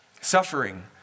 Suffering